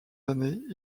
années